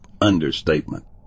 understatement